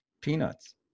peanuts